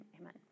Amen